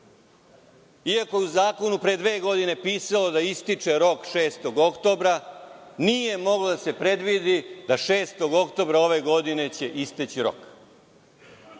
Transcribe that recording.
iako je u zakonu pre dve godine pisalo da rok ističe 6. oktobra. Nije moglo da se predvidi da će 6. oktobra ove godine isteći rok.